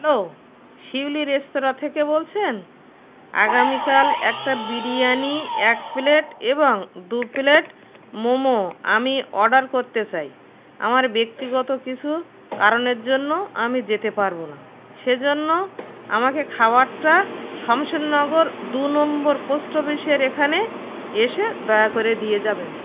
hello Shiuli restaurant থেকে বলছেন আগামীকাল একটা বিরিয়ানি এক প্লেট এবং দু প্লেট মোমো আমি অর্ডার করতে চাই আমার ব্যক্তিগত কিছু কারণের জন্য আমি যেতে পারবো না সে জন্য আমাকে খাবারটা শমশেরনগর দু নম্বর পোস্ট অফিসের এখানে এসে দয়া করে দিয়ে যাবেন